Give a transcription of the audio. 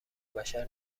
بشر